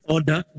Order